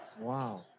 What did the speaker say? Wow